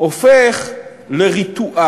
פעמיים